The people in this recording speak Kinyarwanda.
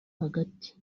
hagati